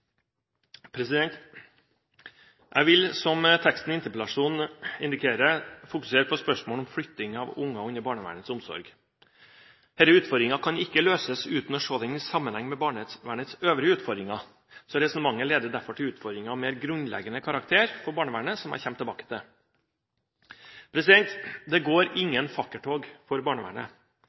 slutt. Jeg vil, som teksten i interpellasjonen indikerer, fokusere på spørsmålet om flytting av barn under barnevernets omsorg. Denne utfordringen kan ikke løses uten å ses i sammenheng med barnevernets øvrige utfordringer, og resonnementet leder derfor til utfordringer av mer grunnleggende karakter for barnevernet, som jeg kommer tilbake til. Det går ingen fakkeltog for barnevernet.